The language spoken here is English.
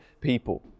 people